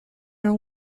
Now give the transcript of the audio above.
are